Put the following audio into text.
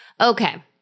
Okay